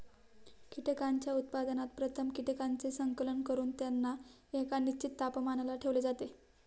कीटकांच्या उत्पादनात प्रथम कीटकांचे संकलन करून त्यांना एका निश्चित तापमानाला ठेवले जाते